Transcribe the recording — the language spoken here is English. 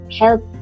help